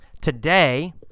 Today